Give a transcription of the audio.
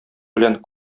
белән